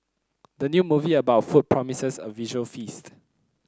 the new movie about food promises a visual feast